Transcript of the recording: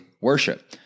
worship